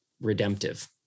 redemptive